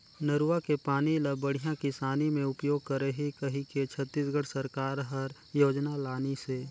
नरूवा के पानी ल बड़िया किसानी मे उपयोग करही कहिके छत्तीसगढ़ सरकार हर योजना लानिसे